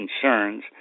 concerns